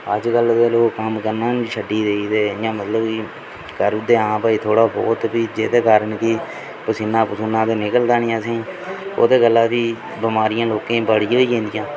अजकल ते लोग कम्म करना गै शड्डी गेदे मतलब कि करी ओड़दे आं भाई थोह्ड़ा बहुत बी जेह्दे कारण कि पसीना पसूना ते निकलदा निं असें ई ओह्दे गल्ला फ्ही बमारियां लोकें गी बड़ी होई जंदियां